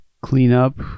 cleanup